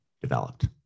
developed